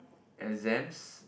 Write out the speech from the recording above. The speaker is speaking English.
exams